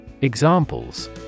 EXAMPLES